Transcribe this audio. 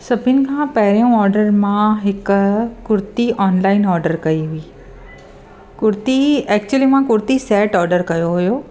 सभिनि खां पहिरियों ऑडर मां हिकु कुर्ती ऑनलाइन ऑडर कई हुई कुर्ती एक्चुअली मां कुर्ती सैट ऑडर कयो हुयो